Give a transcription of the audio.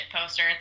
poster